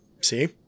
see